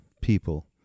people